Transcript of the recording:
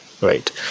right